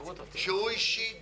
שהוא אישית